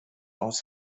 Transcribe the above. aus